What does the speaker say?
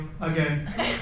again